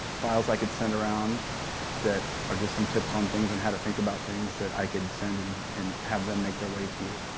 files i could send around that are just some tips on things and how to think about things that i could send and and have them make their way to you.